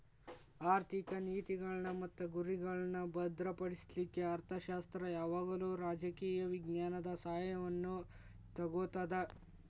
ಆರ್ಥಿಕ ನೇತಿಗಳ್ನ್ ಮತ್ತು ಗುರಿಗಳ್ನಾ ಭದ್ರಪಡಿಸ್ಲಿಕ್ಕೆ ಅರ್ಥಶಾಸ್ತ್ರ ಯಾವಾಗಲೂ ರಾಜಕೇಯ ವಿಜ್ಞಾನದ ಸಹಾಯವನ್ನು ತಗೊತದ